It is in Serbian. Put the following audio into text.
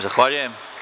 Zahvaljujem.